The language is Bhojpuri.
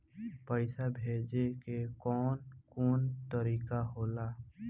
पइसा भेजे के कौन कोन तरीका होला?